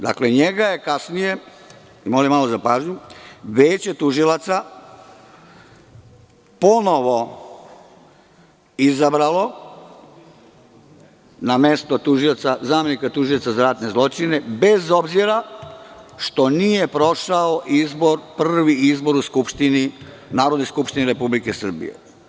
Dakle, njega je kasnije, molim malo za pažnju, Veće tužilaca ponovo izabralo na mesto zamenika tužioca za ratne zločine, bez obzira što nije prošao prvi izbor u Narodnoj skupštini Republike Srbije.